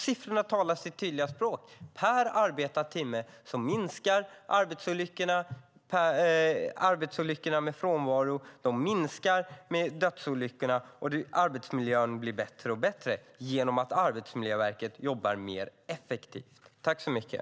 Siffrorna talar också sitt tydliga språk: Per arbetad timme minskar arbetsolyckorna med frånvaro, dödsolyckorna minskar och arbetsmiljön blir bättre och bättre - genom att Arbetsmiljöverket jobbar mer effektivt.